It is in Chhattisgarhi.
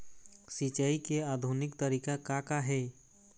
सिचाई के आधुनिक तरीका का का हे?